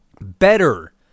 better